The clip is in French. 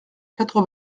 quatre